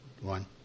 one